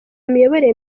miyoborere